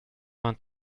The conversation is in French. vingt